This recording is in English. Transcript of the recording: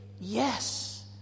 yes